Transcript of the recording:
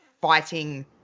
fighting